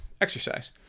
exercise